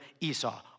Esau